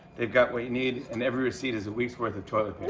they got what you need, and every receipt is a week's worth of toilet